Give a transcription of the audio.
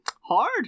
hard